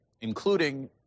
including